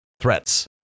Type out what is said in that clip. threats